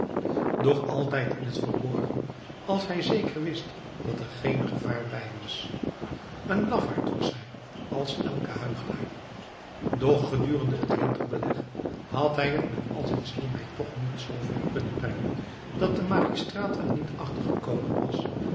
doch altijd in het verborgen als hij zeker wist dat er geen gevaar bij was een lafaard was hij als elke huichelaar doch gedurende het winterbeleg had hij het met al zijne slimheid toch niet zoo ver kunnen brengen dat de magistraat er niet achter gekomen was